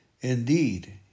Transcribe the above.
Indeed